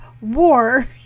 war